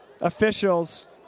officials